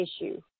issue